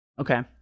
Okay